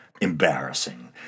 embarrassing